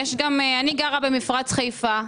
אני גרה במפרץ חיפה.